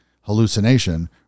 hallucination